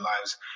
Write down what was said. lives